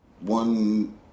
one